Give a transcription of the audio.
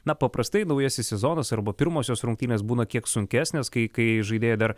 na paprastai naujasis sezonas arba pirmosios rungtynės būna kiek sunkesnės kai kai žaidėjai dar